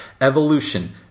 Evolution